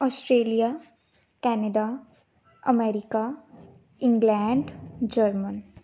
Australia Canada America England German